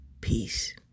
Peace